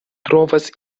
trovas